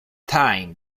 tyne